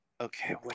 Okay